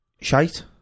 shite